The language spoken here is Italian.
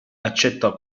accetta